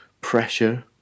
pressure